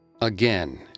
Again